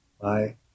Bye